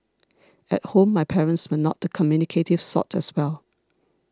at home my parents were not the communicative sort as well